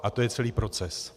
A to je celý proces.